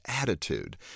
attitude